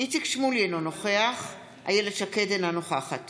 איציק שמולי, אינו נוכח איילת שקד, אינה נוכחת